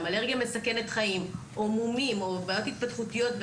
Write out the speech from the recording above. אלרגיה מסכנת חיים או מומים או בעיות התפתחותיות,